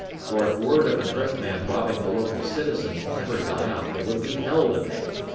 for if word of an earthman robbing the local citizens ever got out there would be hell to pay,